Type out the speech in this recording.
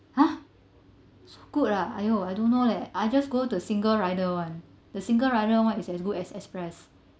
!huh! so good ah !aiyo! I don't know leh I just go the single rider [one] the single rider [one] is as good as